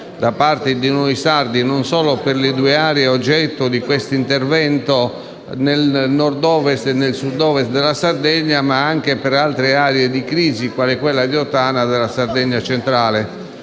di noi sardi, non solo per le due aree oggetto dell'intervento nel Nord-Ovest e nel Sud-Ovest della Sardegna, ma anche per altre aree di crisi, quale quella di Ottana, nella Sardegna centrale.